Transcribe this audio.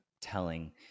telling